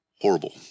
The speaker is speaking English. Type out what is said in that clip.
horrible